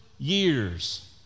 Years